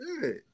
good